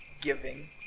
giving